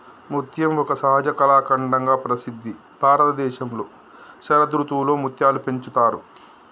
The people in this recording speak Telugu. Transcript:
ముత్యం ఒక సహజ కళాఖండంగా ప్రసిద్ధి భారతదేశంలో శరదృతువులో ముత్యాలు పెంచుతారు